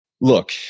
look